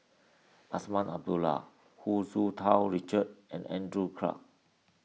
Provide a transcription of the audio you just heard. Azman Abdullah Hu Tsu Tau Richard and Andrew Clarke